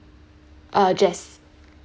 uh jess